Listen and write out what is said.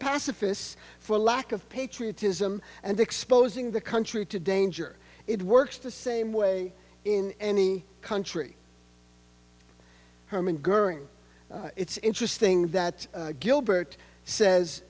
pacifists for lack of patriotism and exposing the country to danger it works the same way in any country herman gurning it's interesting that gilbert says